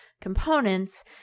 components